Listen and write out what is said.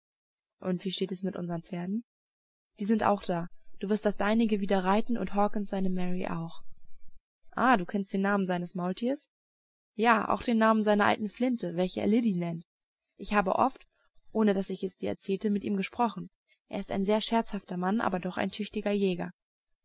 und wie steht es mit unsern pferden die sind auch da du wirst das deinige wieder reiten und hawkens seine mary auch ah du kennst den namen seines maultiers ja auch den namen seiner alten flinte welche er liddy nennt ich habe oft ohne daß ich es dir erzählte mit ihm gesprochen er ist ein sehr scherzhafter mann aber doch ein tüchtiger jäger